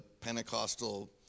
Pentecostal